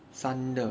sunder